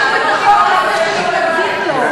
לפחות, את החוק לפני שאתם מתנגדים לו.